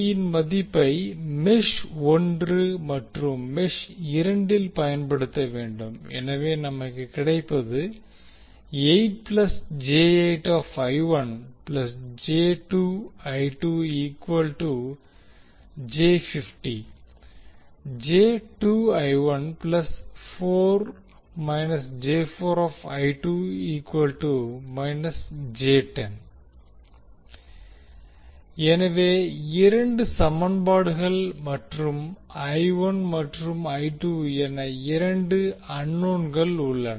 இன் மதிப்பை மெஷ் 1 மற்றும் மெஷ் 2 வில் பயன்படுத்த வேண்டும் எனவே நமக்கு கிடைப்பது எனவே இரண்டு சமன்பாடுகள் மற்றும் என இரண்டு அன்னோன்கள் உள்ளன